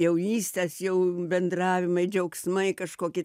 jaunystės jau bendravimai džiaugsmai kažkoki